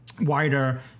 wider